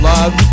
Love